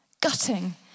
gutting